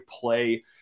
play